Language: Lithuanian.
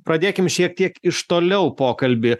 pradėkim šiek tiek iš toliau pokalbį